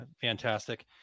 fantastic